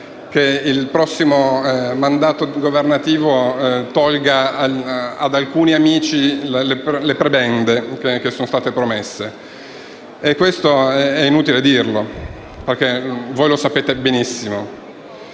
che il prossimo mandato governativo tolga ad alcuni amici le prebende che sono state promesse. Questo è inutile dirlo, perché voi lo sapete benissimo.